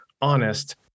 honest